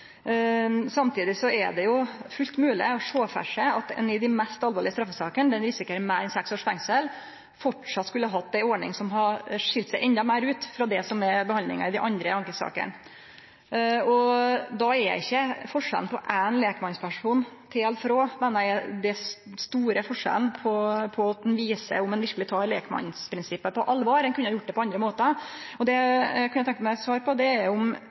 Samtidig er det fullt mogleg å sjå for seg at ein i dei mest alvorlege straffesakene, der ein risikerer meir enn seks års fengsel, framleis skulle hatt ei ordning som hadde skilt seg endå meir ut frå behandlinga i dei andre ankesakene. Og då er ikkje éin lekmann til eller frå – meiner eg – den store forskjellen på om ein viser at ein verkeleg tek lekmannsprinsippet på alvor. Ein kunne gjort det på andre måtar. Det eg kunne tenkje meg eit svar på, er om